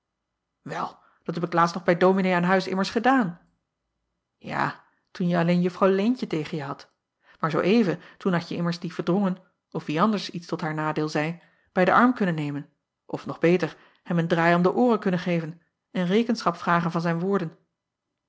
el dat heb ik laatst nog bij ominee aan huis immers gedaan a toen je alleen uffrouw eentje tegen je hadt aar zoo even toen hadje immers dien erdrongen of wie anders iets tot haar nadeel zeî bij den arm kunnen nemen of nog beter hem een draai om de ooren kunnen geven en rekenschap vragen van zijn woorden